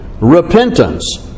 repentance